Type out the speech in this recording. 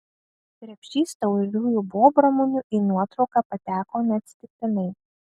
krepšys tauriųjų bobramunių į nuotrauką pateko neatsitiktinai